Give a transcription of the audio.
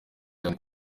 cyane